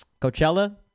Coachella